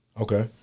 Okay